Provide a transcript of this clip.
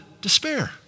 despair